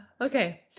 Okay